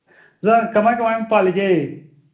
ꯑꯣꯖꯥ ꯀꯃꯥꯏ ꯀꯃꯥꯏ ꯄꯥꯜꯂꯤꯒꯦ